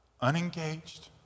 unengaged